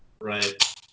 Right